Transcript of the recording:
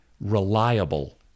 reliable